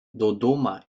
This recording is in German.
dodoma